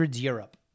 Europe